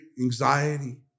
anxiety